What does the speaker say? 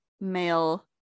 male